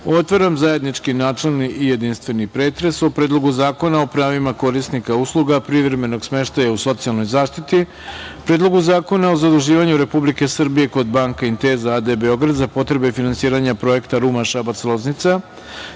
otvaram zajednički načelni i jedinstveni pretres o - Predlogu zakona o pravima korisnika usluga privremenog smeštaja u socijalnoj zaštiti, Predlogu zakona o zaduživanju Republike Srbije kod „Banca Intesa AD Beograd“ za potrebe finansiranja Projekta Ruma – Šabac – Loznica,